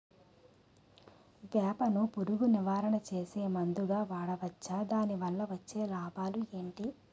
వేప ను పురుగు నివారణ చేసే మందుగా వాడవచ్చా? దాని వల్ల వచ్చే లాభాలు ఏంటి?